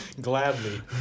Gladly